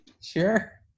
Sure